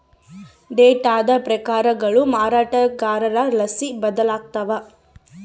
ಡೇಟಾದ ಪ್ರಕಾರಗಳು ಮಾರಾಟಗಾರರ್ಲಾಸಿ ಬದಲಾಗ್ತವ